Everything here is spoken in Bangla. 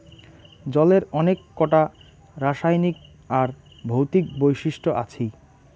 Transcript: জলের অনেক কোটা রাসায়নিক আর ভৌতিক বৈশিষ্ট আছি